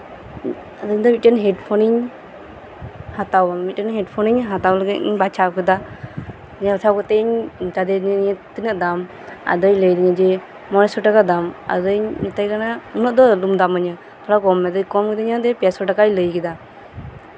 ᱤᱧ ᱫᱚ ᱢᱤᱫᱴᱮᱱ ᱦᱮᱰ ᱯᱷᱳᱱᱮᱧ ᱦᱟᱛᱟᱣᱟ ᱢᱤᱫᱴᱮᱱ ᱦᱮᱰ ᱯᱷᱳᱱ ᱦᱟᱛᱟᱣ ᱞᱟᱹᱜᱤᱫ ᱜᱤᱧ ᱵᱟᱪᱷᱟᱣ ᱠᱮᱫᱟ ᱵᱟᱪᱷᱟᱣ ᱠᱟᱛᱮᱫ ᱤᱧ ᱢᱮᱛᱟ ᱫᱮᱭᱟ ᱡᱮ ᱱᱤᱭᱟᱹ ᱛᱤᱱᱟᱹᱜ ᱫᱟᱢ ᱟᱫᱚᱭ ᱞᱟᱹᱭ ᱟᱹᱫᱤᱧᱟ ᱡᱮ ᱯᱟᱥᱥᱚ ᱴᱟᱠᱟ ᱫᱟᱢ ᱟᱫᱚᱧ ᱢᱮᱛᱟᱭ ᱠᱟᱱᱟ ᱩᱱᱟᱹᱜ ᱫᱚ ᱟᱞᱚᱢ ᱫᱟᱢ ᱤᱧᱟᱹ ᱛᱷᱚᱲᱟ ᱠᱚᱢ ᱢᱮ ᱫᱤᱭᱮ ᱠᱚᱢ ᱟᱫᱤᱧᱟ ᱯᱮ ᱥᱚ ᱴᱟᱠᱟᱭ ᱞᱟᱹᱭ ᱠᱮᱫᱟ